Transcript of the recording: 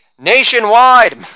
nationwide